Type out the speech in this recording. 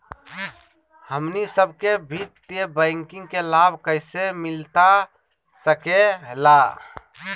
हमनी सबके वित्तीय बैंकिंग के लाभ कैसे मिलता सके ला?